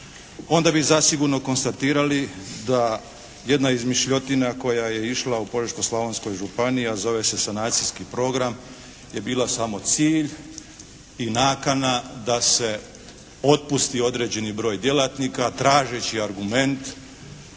Onda bi zasigurno konstatirali da jedna izmišljotina koja je išla u Požeško-slavonskoj županiji a zove se sanacijski program je bila samo cilj i nakana da se otpusti određeni broj djelatnika tražeći argument